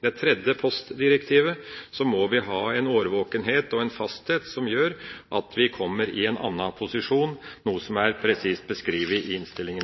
det tredje postdirektivet, må vi ha en årvåkenhet og en fasthet som gjør at vi kommer i en annen posisjon, noe som er presist beskrevet i innstillinga.